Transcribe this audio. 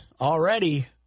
already